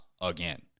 again